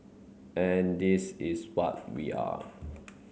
and this is what we are